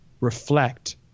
reflect